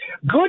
Good